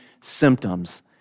symptoms